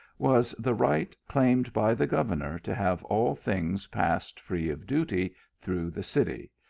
was the right claimed by the governor to have all things passed free of duty through the city,